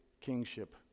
kingship